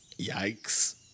Yikes